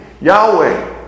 Yahweh